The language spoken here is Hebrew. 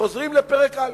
חוזרים לפרק א'.